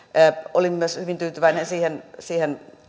olin myös hyvin tyytyväinen siihen siihen